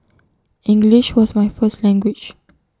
English was my first language